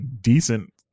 decent